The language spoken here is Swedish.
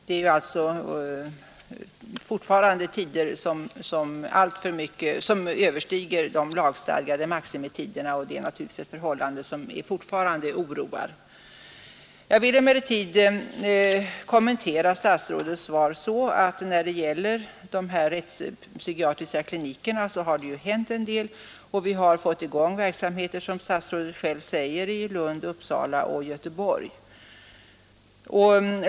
Det är alltså fortfarande fråga om tider som överstiger de lagstadgade maximitiderna. Det är naturligtvis ett förhållande som fortfarande vållar oro. Jag vill kommentera statsrådets svar så, att det vad beträffar de rättspsykiatriska klinikerna har hänt en del. Vi har, som statsrådet själv säger, fått i gång verksamheter i Lund, Uppsala och Göteborg.